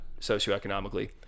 socioeconomically